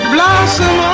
Blossom